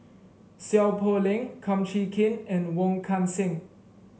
Seow Poh Leng Kum Chee Kin and Wong Kan Seng